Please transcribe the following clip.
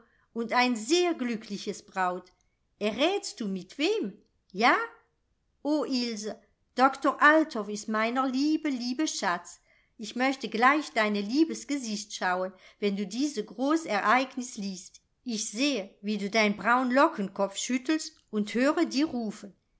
und ein sehr glückliches braut errätst du mit wem ja o ilse doktor althoff ist meiner liebe liebe schatz ich möchte gleich deine liebes gesicht schauen wenn du diese groß ereignis liest ich sehe wie du dein braun lockenkopf schüttelst und höre dir rufen